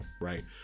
right